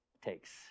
takes